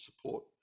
support